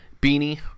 beanie